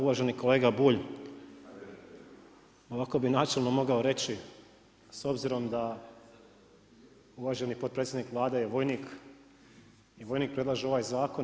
Uvaženi kolega Bulj ovako bih načelno mogao reći s obzirom da uvaženi potpredsjednik Vlade je vojnik i vojnik predlaže ovaj zakon.